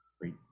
great